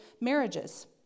marriages